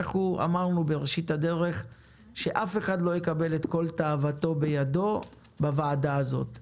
אמרנו בראשית הדרך שאף אחד לא ייצא עם כל תאוותו בידו בוועדה הזאת.